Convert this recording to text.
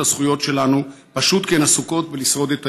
הזכויות שלנו פשוט כי הן עסוקות בלשרוד את היום.